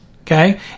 Okay